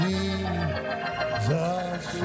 Jesus